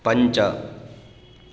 पञ्च